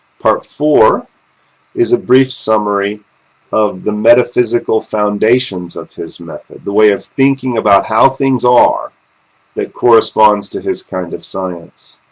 part iv is a brief summary of the metaphysical foundations of his method the way of thinking about how things are that corresponds to his kind of science.